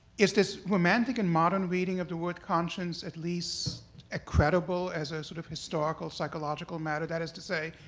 is this romantic and modern reading of the word conscience at least ah credible as a sort of historical, psychological matter. that is to say,